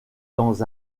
dans